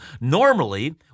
Normally